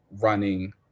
running